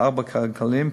ארבעה כלכלנים,